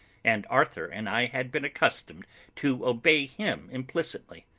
and arthur and i had been accustomed to obey him implicitly.